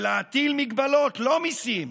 להטיל מגבלות, לא מיסים,